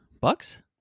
bucks